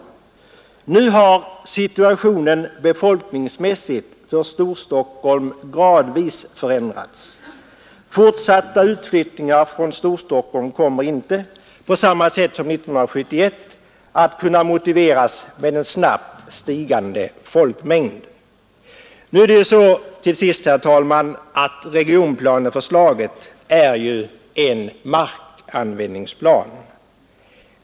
Nu har situationen befolkningsmässigt för Storstockholm gradvis förändrats. Fortsatta utflyttningar från Storstockholm kommer inte på samma sätt som 1971 att kunna motiveras med en snabbt stigande folk mängd. Nu är det ju så, herr talman, att regionplaneförslaget är ett förslag till en markanvändningsplan.